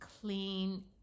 Clean